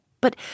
But